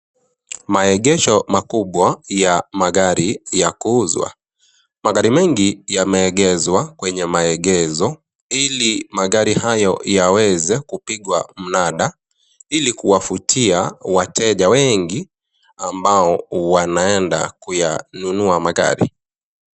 Maegesho makubwa ya magari ya kuuzwa. Magari mengi yameegezwa kwenye maegesho, ili magari hayo yaweze kupigwa mnada, ili kuwavutia wateja wengi ambao wanaenda kuyanunua magari.